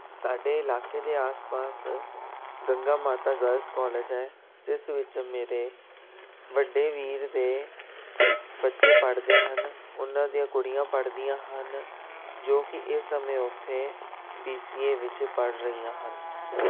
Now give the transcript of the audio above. ਸਾਡੇ ਇਲਾਕੇ ਦੇ ਆਸ ਪਾਸ ਗੰਗਾ ਮਾਤਾ ਗਰਲਜ ਕੋਲਜ ਹੈ ਜਿਸ ਵਿੱਚ ਮੇਰੇ ਵੱਡੇ ਵੀਰ ਦੇ ਬੱਚੇ ਪੜ੍ਹਦੇ ਹਨ ਉਹਨਾਂ ਦੀਆਂ ਕੁੜੀਆਂ ਪੜ੍ਹਦੀਆਂ ਹਨ ਜੋ ਕਿ ਇਸ ਸਮੇਂ ਉੱਥੇ ਬੀ ਸੀ ਏ ਵਿੱਚ ਪੜ੍ਹ ਰਹੀਆਂ ਹਨ